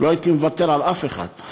לא הייתי מוותר על אף אחד.